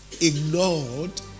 ignored